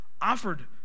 offered